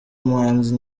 umuhanzi